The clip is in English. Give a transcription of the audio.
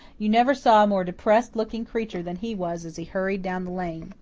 you never saw a more depressed-looking creature than he was as he hurried down the lane.